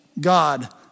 God